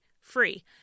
free